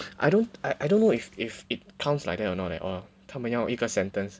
I don't I don't know if if it counts like that or not leh or 他们要一个 sentence